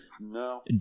No